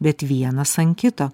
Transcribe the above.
bet vienas an kito